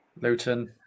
Luton